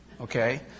Okay